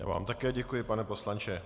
Já vám také děkuji, pane poslanče.